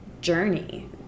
journey